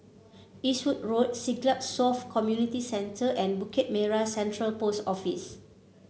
Eastwood Road Siglap South Community Center and Bukit Merah Central Post Office